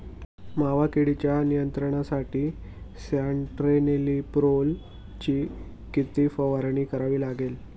मावा किडीच्या नियंत्रणासाठी स्यान्ट्रेनिलीप्रोलची किती फवारणी करावी लागेल?